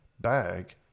bag